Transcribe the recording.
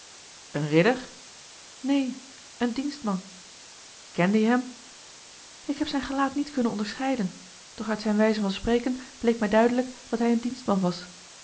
een ridder neen een dienstman kende je hem ik heb zijn gelaat niet kunnen onderscheiden doch uit zijne wijze van spreken bleek mij duidelijk dat hij een dienstman was